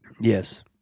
Yes